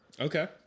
Okay